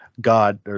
God